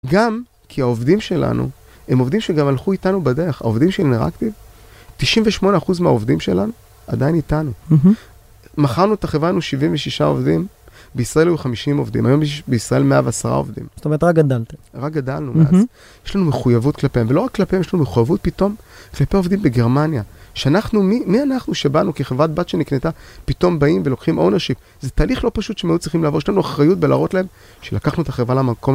גם כי העובדים שלנו, הם עובדים שגם הלכו איתנו בדרך. העובדים של אינראקטיב, 98% מהעובדים שלנו עדיין איתנו. מכרנו את החברה שלנו, היה לנו 76 עובדים, בישראל היו 50 עובדים. היום בישראל 110 עובדים. זאת אומרת, רק גדלתם. רק גדלנו מאז. יש לנו מחויבות כלפיהם, ולא רק כלפיהם, יש לנו מחויבות פתאום, כלפי עובדים בגרמניה, שאנחנו, מי אנחנו שבאנו כחברת בת שנקנתה, פתאום באים ולוקחים אונרשיפ. זה תהליך לא פשוט שמאוד צריכים לעבור, יש לנו אחריות בלהראות להם, שלקחנו את החברה למקום.